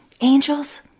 Angels